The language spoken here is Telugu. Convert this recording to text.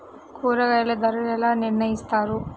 కూరగాయల ధరలు ఎలా నిర్ణయిస్తారు?